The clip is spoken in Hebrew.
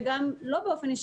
וגם לא באופן אישי,